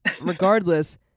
Regardless